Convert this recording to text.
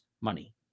money